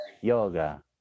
yoga